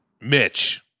mitch